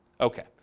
Okay